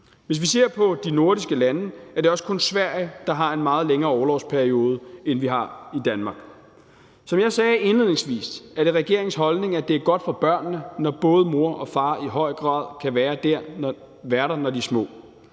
Hvis vi ser på de nordiske lande, er det også kun Sverige, der har en meget længere orlovsperiode, end vi har i Danmark. Som jeg sagde indledningsvis, er det regeringens holdning, at det er godt for børnene, når både mor og far i høj grad kan være der, når de er små.